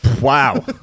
wow